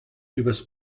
übers